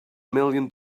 million